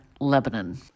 Lebanon